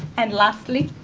and lastly,